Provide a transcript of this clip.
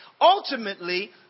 ultimately